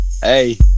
Hey